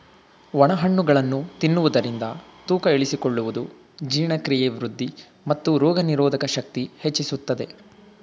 ಒಣ ಹಣ್ಣುಗಳನ್ನು ತಿನ್ನುವುದರಿಂದ ತೂಕ ಇಳಿಸಿಕೊಳ್ಳುವುದು, ಜೀರ್ಣಕ್ರಿಯೆ ವೃದ್ಧಿ, ಮತ್ತು ರೋಗನಿರೋಧಕ ಶಕ್ತಿ ಹೆಚ್ಚಿಸುತ್ತದೆ